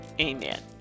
amen